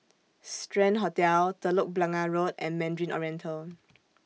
Strand Hotel Telok Blangah Road and Mandarin Oriental